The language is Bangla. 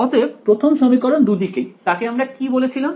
অতএব প্রথম সমীকরণ দুদিকেই তাকে আমরা কি বলেছিলাম